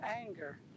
anger